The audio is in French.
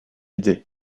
idée